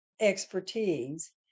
expertise